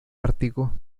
ártico